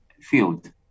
field